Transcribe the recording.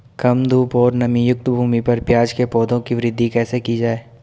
कम धूप और नमीयुक्त भूमि पर प्याज़ के पौधों की वृद्धि कैसे की जाए?